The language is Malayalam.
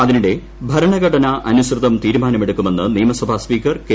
അതിനിടെ ഭരണഘടനാനുസൃതം തീരുമാനമെടുക്കു മെന്ന് നിയമസഭാ സ്പീക്കർ കെ